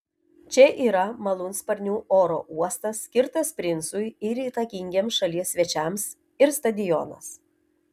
čia yra malūnsparnių oro uostas skirtas princui ir įtakingiems šalies svečiams ir stadionas